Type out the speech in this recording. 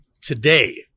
today